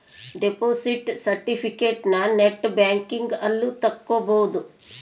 deposit ಸೆರ್ಟಿಫಿಕೇಟನ net banking ಅಲ್ಲು ತಕ್ಕೊಬೊದು